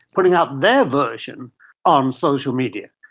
putting out their version on social media.